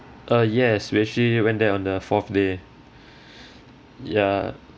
uh yes we actually went there on the fourth day ya